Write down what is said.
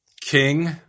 King